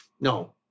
No